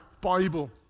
Bible